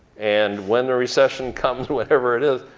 and when the recession comes whenever it is,